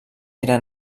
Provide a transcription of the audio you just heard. era